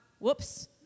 whoops